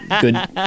good